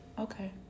okay